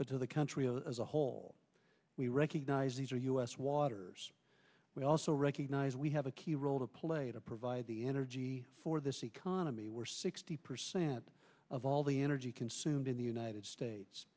but to the country as a whole we recognize these are u s waters we also recognize we have a key role to play to provide the energy for this economy where sixty percent of all the energy consumed in the united states